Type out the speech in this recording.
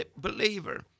believer